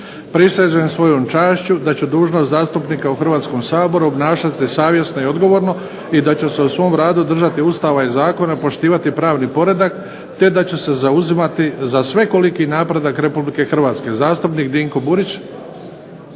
Prisežem svojom čašću da ću dužnost zastupnika u Hrvatskom saboru obnašati savjesno i odgovorno i da ću se u svom radu držati Ustava i zakona, poštivati pravni poredak te da ću se zauzimati za svekoliki napredak Republike Hrvatske. Zastupnik Dinko Burić.